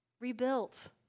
rebuilt